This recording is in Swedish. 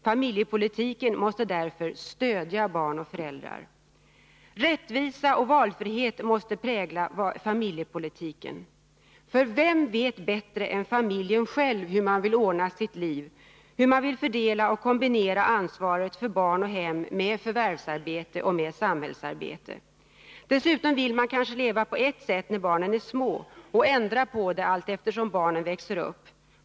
Familjepolitiken måste därför stödja barn och föräldrar. Rättvisa och valfrihet måste prägla familjepolitiken, för vem vet bättre än familjen själv hur man vill ordna sitt liv, hur man vill fördela och kombinera ansvaret för barn och hem med försvärvsarbete och samhällsarbete? Dessutom vill man kanske leva på ett sätt när barnen är små och ändra på det allteftersom barnen växer upp.